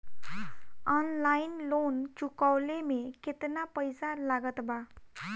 Online loan चुकवले मे केतना पईसा लागत बा?